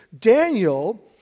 Daniel